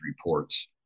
reports